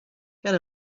get